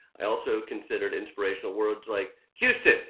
i also considered inspirational words like, houston,